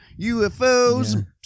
ufos